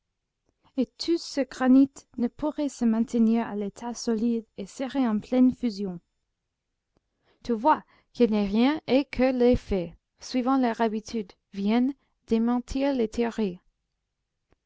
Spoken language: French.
ce granit ne pourrait se maintenir à l'état solide et serait en pleine fusion tu vois qu'il n'en est rien et que les faits suivant leur habitude viennent démentir les